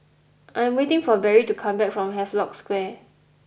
I'm waiting for Berry to come back from Havelock Square